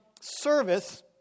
service